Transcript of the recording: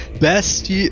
Best